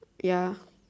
ya